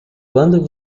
quando